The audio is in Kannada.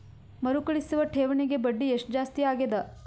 ಮರುಕಳಿಸುವ ಠೇವಣಿಗೆ ಬಡ್ಡಿ ಎಷ್ಟ ಜಾಸ್ತಿ ಆಗೆದ?